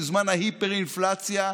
בזמן ההיפר-אינפלציה,